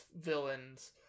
villains